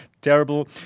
terrible